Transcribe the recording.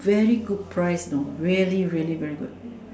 very good price you know really really very good